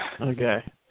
Okay